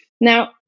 Now